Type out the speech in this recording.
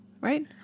right